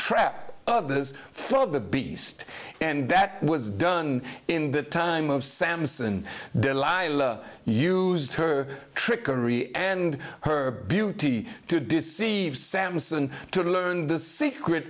trap others full of the beast and that was done in the time of samson and delilah used her trickery and her beauty to deceive samson to learn the secre